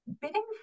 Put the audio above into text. bidding